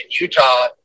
Utah